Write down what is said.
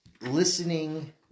listening